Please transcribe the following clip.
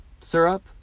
syrup